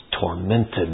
tormented